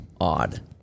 odd